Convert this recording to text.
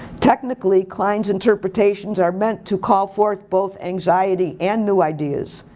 technically klein's interpretations are meant to call for both anxiety and new ideas.